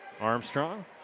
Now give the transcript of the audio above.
Armstrong